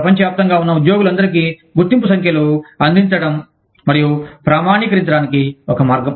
ప్రపంచవ్యాప్తంగా ఉన్న ఉద్యోగులందరికీ గుర్తింపు సంఖ్యలు అందించడం మరియు ప్రామాణీకరించడానికి ఒక మార్గం